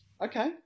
okay